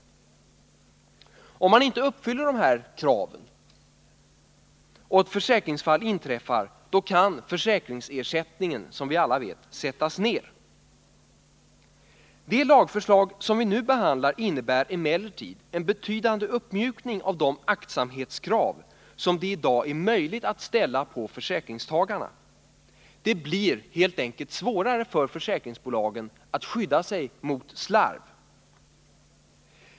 Uppfyller man inte dessa krav och ett försäkringsfall inträffar, kan som vi alla vet försäkringsersättningen sättas ner. Det lagförslag som vi nu behandlar innebär emellertid en betydande uppmjukning av de aktsamhetskrav som det i dag är möjligt att ställa på försäkringstagarna. Det blir helt enkelt svårare för försäkringsbolagen att skydda sig mot slarv.